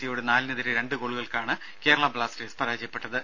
സിയോട് നാലിനെതിരെ രണ്ട് ഗോളുകൾക്കാണ് കേരള ബ്ലാസ്റ്റേഴ്സ് പരാജയപ്പെട്ടത്